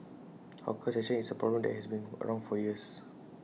hawker succession is A problem that has been around for years